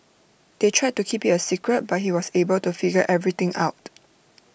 they tried to keep IT A secret but he was able to figure everything out